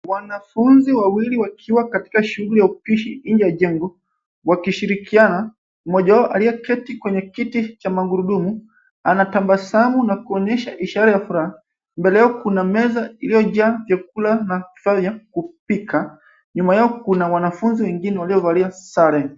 Wanafunzi wawili wakiwa katika shule ya upishi nje ya jengo wakishirikiana. Mmoja wao aliyeketi kwenye kiti cha magurudumu anatabasamu na kuonyesha ishara ya furaha. Mbele yao kuna meza iliyojaa vyakula na vifaa vya kupika. Nyuma yao kuna wanafunzi wengine waliovalia sare.